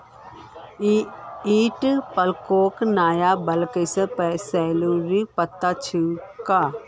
ईटा पलकेर नइ बल्कि सॉरेलेर पत्ता छिके